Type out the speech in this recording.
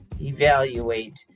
evaluate